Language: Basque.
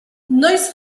noiz